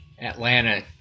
Atlanta